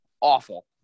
awful